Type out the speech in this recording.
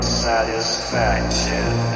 satisfaction